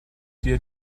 dir